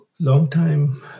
Long-time